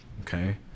okay